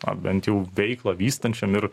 ar bent jau veiklą vystančiam ir